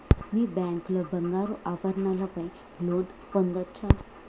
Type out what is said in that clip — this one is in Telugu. మీ బ్యాంక్ లో బంగారు ఆభరణాల పై లోన్ పొందచ్చా?